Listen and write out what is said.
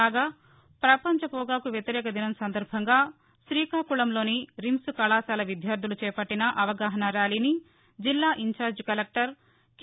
కాగా ప్రపంచ పొగాకు వ్యతిరేక దినం సందర్బంగా శ్రీకాకుళంలోని రిమ్స్ కళాశాల విద్యార్థులు చేపట్టిన అవగాహనా ర్యాలీని జిల్లా ఇంచార్జి కలెక్లర్ కె